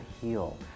heal